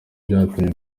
byatumye